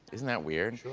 isn't that weird.